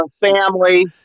family